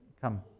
come